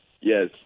yes